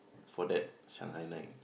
for that Shanghai night